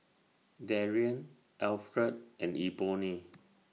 Darrian Alfred and Ebony